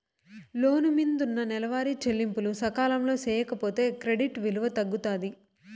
లోను మిందున్న నెలవారీ చెల్లింపులు సకాలంలో సేయకపోతే క్రెడిట్ విలువ తగ్గుతాది